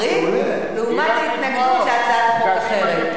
לעומת התנגדות להצעת חוק אחרת.